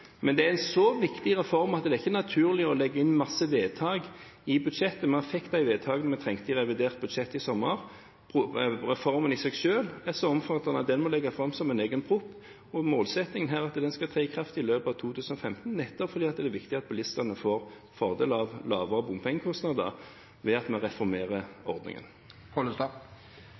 så viktig reform at det ikke er naturlig å legge inn masse vedtak i budsjettet. Vi fikk de vedtakene vi trengte, i revidert budsjett i sommer. Reformen i seg selv er så omfattende at den må legges fram som en egen proposisjon, og målsettingen er at den skal tre i kraft i løpet av 2015 – nettopp fordi det er viktig at bilistene får fordeler av lavere bompengekostnader ved at vi reformerer